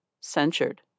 censured